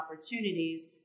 opportunities